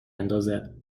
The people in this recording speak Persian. اندازد